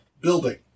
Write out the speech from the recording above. building